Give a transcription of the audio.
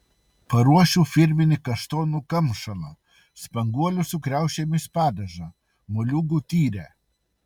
paruošiu firminį kaštonų kamšalą spanguolių su kriaušėmis padažą moliūgų tyrę